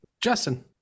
Justin